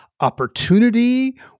Opportunity